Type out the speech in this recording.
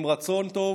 עם רצון טוב